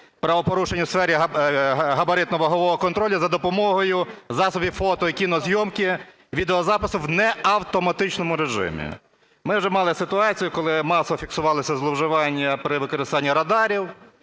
правопорушень у сфері габаритно-вагового контролю за допомогою засобів фото- і кінозйомки, відеозапису в неавтоматичному режимі. Ми вже мали ситуацію, коли масово фіксувалися зловживання при використанні радарів